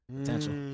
Potential